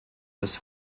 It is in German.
des